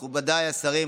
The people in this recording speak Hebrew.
מכובדיי השרים,